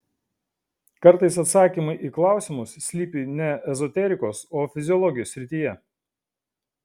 kartais atsakymai į klausimus slypi ne ezoterikos o fiziologijos srityje